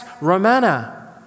Romana